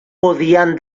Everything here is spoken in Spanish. podían